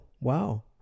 Wow